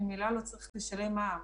ממילא לא צריך לשלם מע"מ.